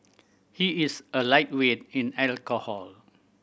he is a lightweight in alcohol